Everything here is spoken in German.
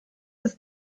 ist